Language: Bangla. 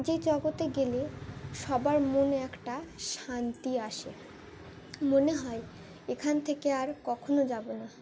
যে জগতে গেলে সবার মনে একটা শান্তি আসে মনে হয় এখান থেকে আর কখনও যাব না